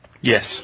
Yes